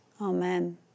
Amen